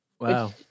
Wow